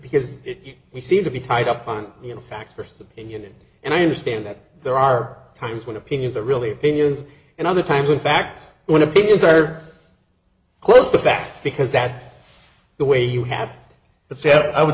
because he seemed to be tied up on you know facts first opinion and i understand that there are times when opinions are really opinions and other times when facts when opinions are close to facts because that's the way you have that said i would